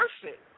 Perfect